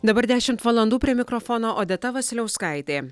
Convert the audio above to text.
dabar dešimt valandų prie mikrofono odeta vasiliauskaitė